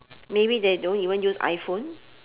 maybe they don't even use iphone